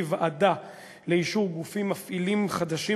ועדה לאישור גופים מפעילים חדשים,